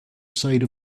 side